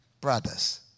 brothers